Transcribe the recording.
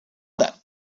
then